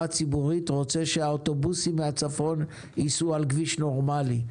ציבורית רוצה שהאוטובוסים מן הצפון ייסעו על כביש נורמלי.